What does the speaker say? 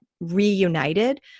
reunited